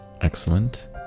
Excellent